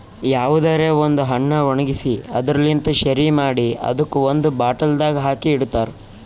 ಯಾವುದರೆ ಒಂದ್ ಹಣ್ಣ ಒಣ್ಗಿಸಿ ಅದುರ್ ಲಿಂತ್ ಶೆರಿ ಮಾಡಿ ಅದುಕ್ ಒಂದ್ ಬಾಟಲ್ದಾಗ್ ಹಾಕಿ ಇಡ್ತಾರ್